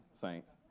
saints